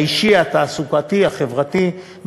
האישי, התעסוקתי והחברתי.